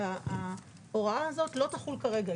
אבל ההוראה הזאת לא תחול כרגע.